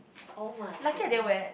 oh my goodness